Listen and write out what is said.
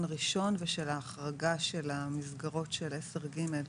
הראשון ושל ההחרגה של המסגרות של 10(ג).